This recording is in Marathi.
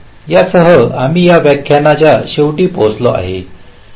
यासह आम्ही या व्याख्यानाच्या शेवटी पोहोचलो आहोत